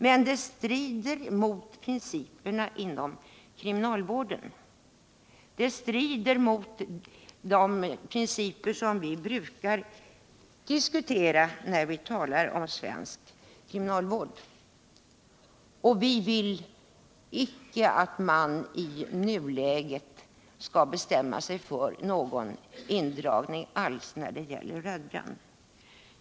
Men det strider mot principerna inom kriminalvården, och det strider mot de principer som vi brukar diskutera när vi talar om svensk kriminalvård. Vi vill icke att man i nuläget skall bestämma sig för indragning av Rödjan.